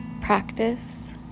practice